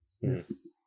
Yes